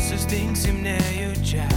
sustingsiu nejučia